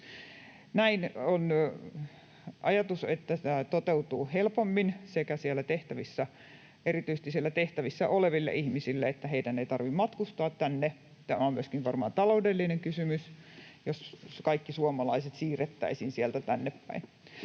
Näin on ajatus, että tämä toteutuu helpommin erityisesti siellä tehtävissä oleville ihmisille, että heidän ei tarvitse matkustaa tänne. Tämä on varmaan myöskin taloudellinen kysymys, jos kaikki suomalaiset siirrettäisiin sieltä tännepäin.